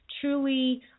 truly